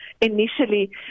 initially